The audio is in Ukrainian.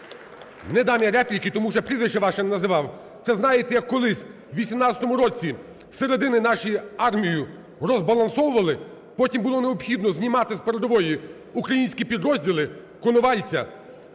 Не дам я репліки, тому що я прізвище ваше не називав. Це, знаєте, як колись, в 18-ому році зсередини нашу армію розбалансовували, потім було необхідно знімати з передової українські підрозділи Коновальця,